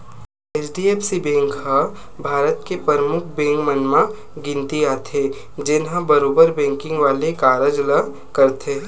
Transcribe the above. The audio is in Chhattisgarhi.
एच.डी.एफ.सी बेंक ह भारत के परमुख बेंक मन म गिनती आथे, जेनहा बरोबर बेंकिग वाले कारज ल करथे